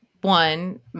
One